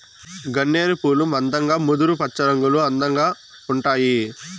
గన్నేరు పూలు మందంగా ముదురు పచ్చరంగులో అందంగా ఉంటాయి